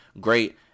great